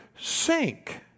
sink